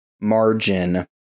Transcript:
margin